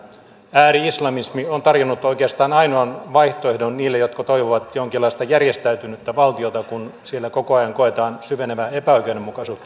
ääri islamismi on tarjonnut oikeastaan ainoan vaihtoehdon niille jotka toivovat jonkinlaista järjestäytynyttä valtiota kun siellä koko ajan koetaan syvenevää epäoikeudenmukaisuutta